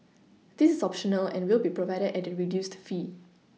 this is optional and will be provided at a reduced fee